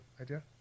idea